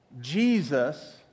Jesus